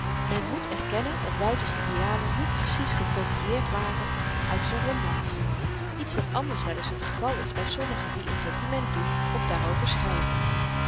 men moet erkennen dat wouter's idealen niet precies gekopieerd waren uit z'n romans iets dat anders wel eens t geval is by sommigen die in sentiment doen of daarover schryven